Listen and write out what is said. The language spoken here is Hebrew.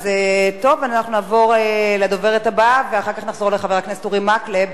אז אנחנו נעבור לדוברת הבאה ואחר כך נחזור לחבר הכנסת אורי מקלב.